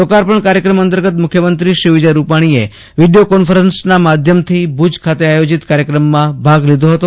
લોકાર્પણ કાર્યક્રમ અંતગત મુખ્ય મંત્રી શ્રી વિડીયો કોન્ફરન્સ નાં માધ્યમ થી ભુજ ખાતે આયોજીત કાર્યક્રમ માં ભાગ લીધો હતો